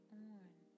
on